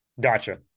Gotcha